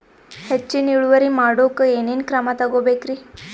ಹೆಚ್ಚಿನ್ ಇಳುವರಿ ಮಾಡೋಕ್ ಏನ್ ಏನ್ ಕ್ರಮ ತೇಗೋಬೇಕ್ರಿ?